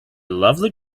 lovely